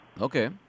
Okay